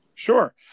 Sure